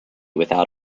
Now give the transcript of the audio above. without